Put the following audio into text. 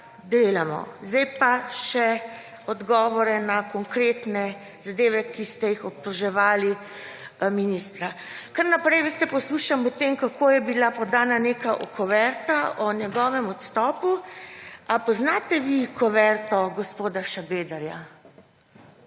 delamo. Zdaj pa še odgovore na konkretne zadeve, ki ste jih obtoževali ministra. Kar naprej, veste, poslušam o tem, kako je bila podana neka kuverta o njegovem odstopu. A poznate vi kuverto gospoda Šabedra?